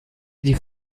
petit